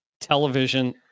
television